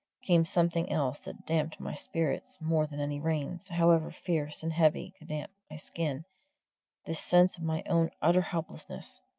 came something else that damped my spirits more than any rains, however fierce and heavy, could damp my skin the sense of my own utter helplessness.